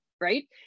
right